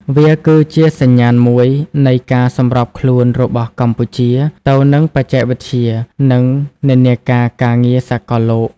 វាគឺជាសញ្ញាណមួយនៃការសម្របខ្លួនរបស់កម្ពុជាទៅនឹងបច្ចេកវិទ្យា និងនិន្នាការការងារសកលលោក។